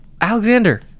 Alexander